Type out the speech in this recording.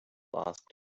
asked